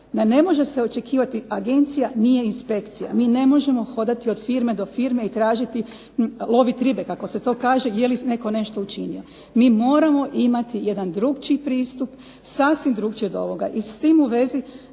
ne može se očekivati agencija nije inspekcija, mi ne možemo hodati od firme do firme i tražiti, loviti ribe kako se to kaže, je li netko nešto učinio. Mi moramo imati jedan drukčiji pristup, sasvim drukčiji od ovoga, i s tim u vezi